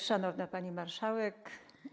Szanowna Pani Marszałek!